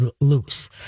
loose